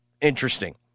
interesting